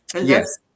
Yes